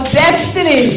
destiny